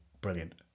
brilliant